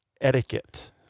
etiquette